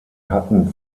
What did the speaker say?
hatten